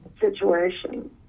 situation